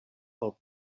pel